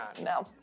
no